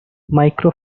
mirco